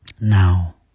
now